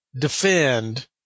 defend